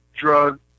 drug